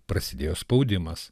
prasidėjo spaudimas